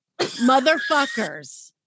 motherfuckers